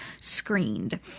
screened